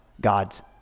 God's